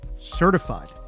certified